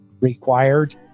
required